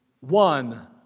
one